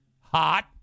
Hot